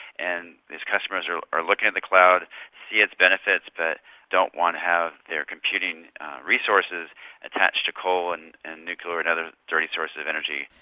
and these customers are are looking at the cloud, see its benefits but don't want to have their computing resources attached to coal and and nuclear and other dirty sources of energy.